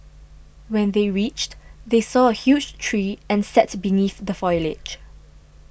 when they reached they saw a huge tree and sat beneath the foliage